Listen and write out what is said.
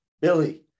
billy